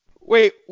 Wait